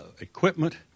equipment